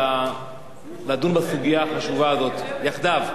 לדון בסוגיה החשובה הזאת יחדיו.